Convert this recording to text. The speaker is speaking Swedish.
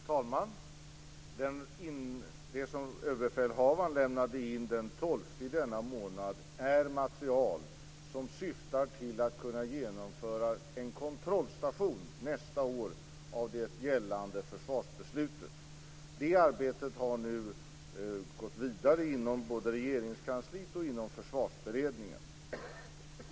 Fru talman! Det som överbefälhavaren lämnade in den 12 i denna månad är material som syftar till att vi skall kunna genomföra en kontrollstation nästa år av det gällande försvarsbeslutet. Det arbetet har nu gått vidare, både inom Regeringskansliet och inom Försvarsberedningen.